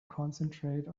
concentrate